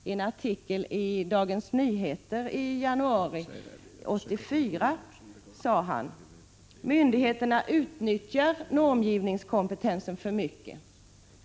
I en artikel i Dagens Nyheter i januari 1984 sade han: ”Myndigheterna utnyttjar normgivningskompetensen för mycket.